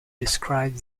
describe